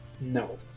No